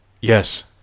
yes